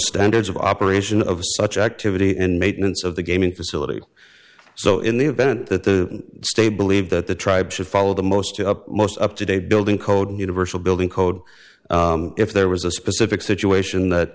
standards of operation of such activity and maintenance of the game in facility so in the event that the state believe that the tribes should follow the most up most up to date building code universal building code if there was a specific situation that